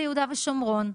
ביהודה ושומרון,